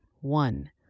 one